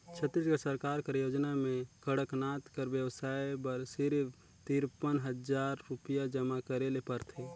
छत्तीसगढ़ सरकार कर योजना में कड़कनाथ कर बेवसाय बर सिरिफ तिरपन हजार रुपिया जमा करे ले परथे